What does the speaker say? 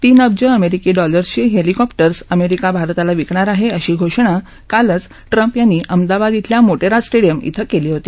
तीन अब्ज अमेरिकी डॉलरचीहॅलिकॉप्टर्स अमेरिका भारताला विकणार आहे अशी घोषणा कालच ट्रम्प यांनी अहमदाबाद इथल्या मोटेरा स्टेडियम इथं केली होती